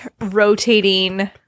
rotating